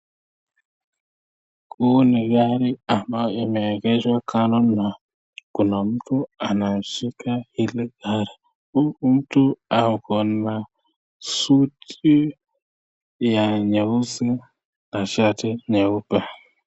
Huu ni gari ambayo imeegeshwa kando na kuna mtu anashika hili gari, huyu mtu ako na suti ya nyeusi na shati nyeupe.